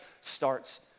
starts